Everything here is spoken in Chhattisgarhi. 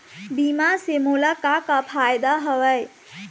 बीमा से मोला का का फायदा हवए?